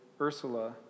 Ursula